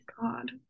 God